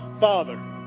father